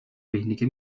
wenige